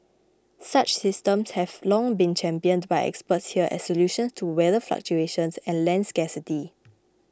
such systems have long been championed by experts here as solutions to weather fluctuations and land scarcity